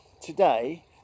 today